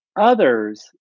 Others